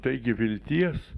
taigi vilties